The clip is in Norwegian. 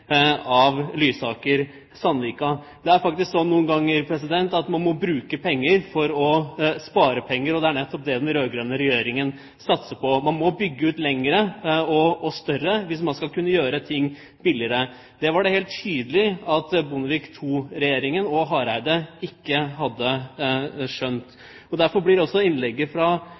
av Lysaker–Sandvika? Det er faktisk slik noen ganger at man må bruke penger for å spare penger. Det er nettopp det den rød-grønne regjeringen satser på. Man må bygge lengre og større for å kunne gjøre ting billigere. Det er helt tydelig at Bondevik II-regjeringen og Hareide ikke hadde skjønt det. Derfor blir også innlegget fra